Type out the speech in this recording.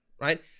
right